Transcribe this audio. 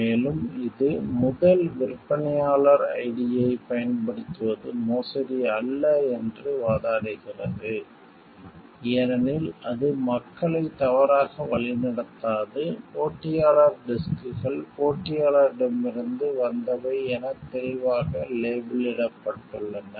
மேலும் இது முதல் விற்பனையாளர் ஐடியைப் பயன்படுத்துவது மோசடி அல்ல என்று வாதிடுகிறது ஏனெனில் அது மக்களை தவறாக வழிநடத்தாது போட்டியாளர் டிஸ்க்கள் போட்டியாளரிடமிருந்து வந்தவை என தெளிவாக லேபிளிடப்பட்டுள்ளன